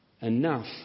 enough